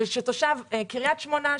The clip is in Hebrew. ושתושב קריית שמונה,